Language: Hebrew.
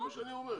זה מה שאני אומר.